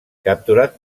capturat